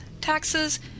taxes